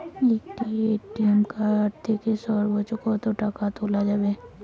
একটি ATM card থেকে সর্বোচ্চ কত টাকা তোলা যাবে?